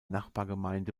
nachbargemeinde